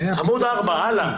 עמוד 4, הלאה.